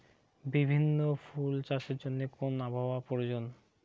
বিভিন্ন ফুল চাষের জন্য কোন আবহাওয়ার প্রয়োজন?